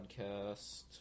podcast